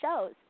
shows